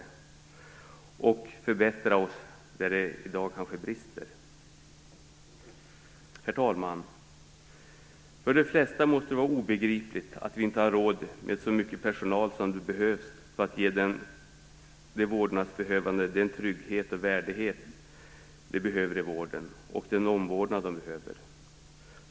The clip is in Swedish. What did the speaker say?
Vi måste förbättra oss på de områden där det kanske brister i dag. Herr talman! För de flesta måste det vara obegripligt att vi inte har råd med så mycket personal som krävs för att ge de vårdbehövande den trygghet, värdighet och omvårdnad de behöver.